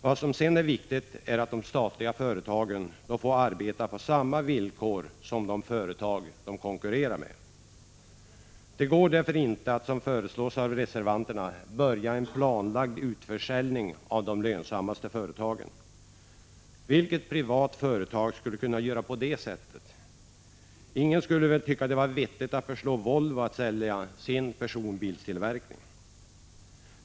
Nu är det viktigt att de statliga företagen får arbeta på samma villkor som de företag de konkurrerar med. Det går därför inte att, vilket föreslås av reservanterna, börja en planlagd utförsäljning av de lönsammaste företagen. Vilket privat företag skulle kunna göra på det sättet? Ingen skulle väl tycka att det vore vettigt att föreslå Volvo en försäljning av dess personbilstillverkning?